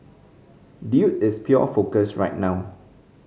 dude is pure focus right now